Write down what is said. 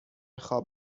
خواب